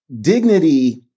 Dignity